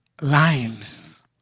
limes